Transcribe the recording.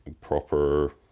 proper